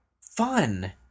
fun